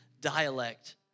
dialect